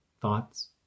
thoughts